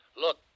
Look